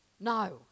No